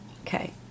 Okay